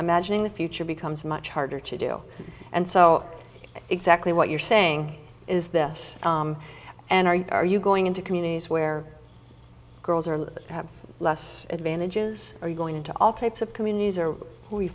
imagining the future becomes much harder to do and so exactly what you're saying is this and are you are you going into communities where girls are have less advantages are going into all types of communities are we